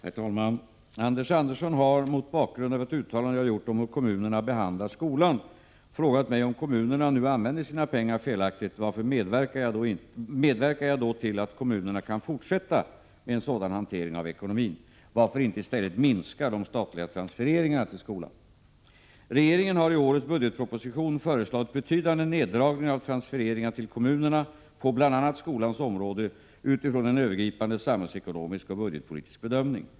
Herr talman! Anders Andersson har, mot bakgrund av ett uttalande jag gjort om hur kommunerna behandlar skolan, frågat mig att om kommunerna nu använder sina pengar felaktigt, varför medverkar jag då till att kommu nerna kan fortsätta med en sådan hantering av ekonomin. Varför inte i stället minska de statliga transfereringarna till skolan? Regeringen har i årets budgetproposition föreslagit betydande neddragningar av transfereringarna till kommunerna på bl.a. skolans område utifrån en övergripande samhällsekonomisk och budgetpolitisk bedömning.